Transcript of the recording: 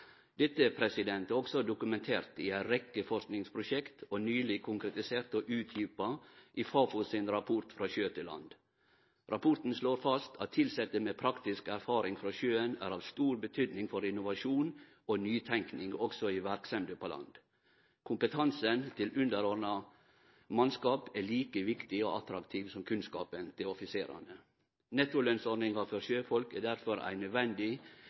dokumentert i ei rekke forskingsprosjekt og er nyleg konkretisert og utdjupa i Fafo sin rapport Fra sjø til land. Rapporten slår fast at tilsette med praktisk erfaring frå sjøen er av stor betydning for innovasjon og nytenking også i verksemder på land. Kompetansen til underordna mannskap er like viktig og attraktiv som kunnskapen til offiserane. Nettolønnsordninga for sjøfolk er derfor ei nødvendig